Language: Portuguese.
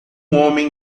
homem